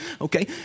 okay